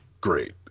great